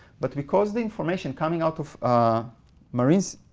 but because the information coming out of marine